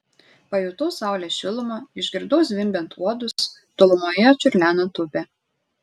pajutau saulės šilumą išgirdau zvimbiant uodus tolumoje čiurlenant upę